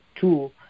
two